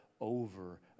over